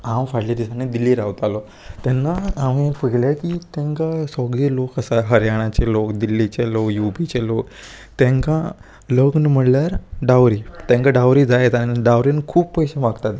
हांव फाटल्या दिसांनी दिल्ली रावतालो तेन्ना हांवें पयले की तांकां सगले लोक आसा हरयाणाचे लोक दिल्लीचे लोक युपीचे लोक तांकां लग्न म्हणल्यार डावरी तांकां डावरी जायता आनी डावरीन खूब पयशे मागतात